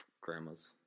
Grandmas